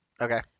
Okay